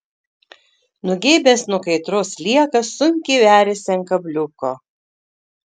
nugeibęs nuo kaitros sliekas sunkiai veriasi ant kabliuko